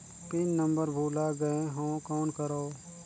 Pin number भुला गयें हो कौन करव?